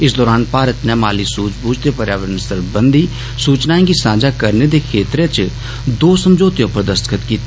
इस दौरान भारत नै माली सूझ बूझ ते पर्यावरण सरबंधत सूचनाएं गी सॉझा करने दे खेत्तरें च दो समझौते उप्पर दस्तख्त कीते